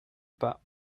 pas